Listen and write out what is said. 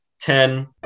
ten